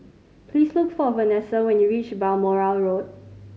please look for Venessa when you reach Balmoral Road